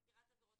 חקירת עבירות,